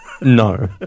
no